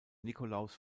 nikolaus